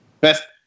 Best